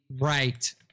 right